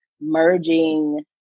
merging